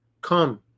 come